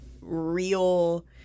real